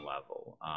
level